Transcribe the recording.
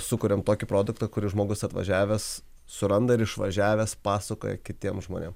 sukuriam tokį produktą kuris žmogus atvažiavęs suranda ir išvažiavęs pasakoja kitiem žmonėms